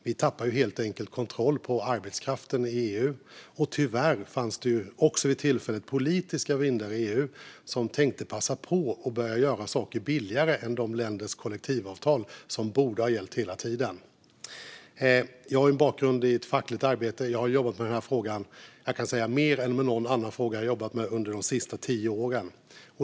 Vi tappade helt enkelt kontrollen över arbetskraften i EU, och tyvärr fanns det vid tillfället politiska vindar i EU som tänkte passa på att börja göra saker billigare än vad som gällde enligt ländernas kollektivavtal, som borde ha gällt hela tiden. Jag har ju en bakgrund i fackligt arbete. Jag har jobbat mer med den här frågan än med någon annan fråga under de senaste tio åren.